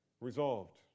Resolved